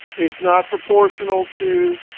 it's not proportional to